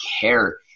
care